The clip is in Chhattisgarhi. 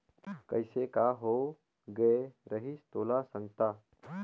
कइसे का होए गये रहिस तोला संगता